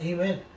Amen